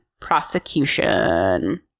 prosecution